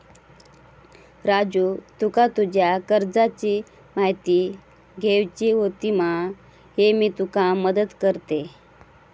राजू तुका तुज्या कर्जाची म्हायती घेवची होती मा, ये मी तुका मदत करतय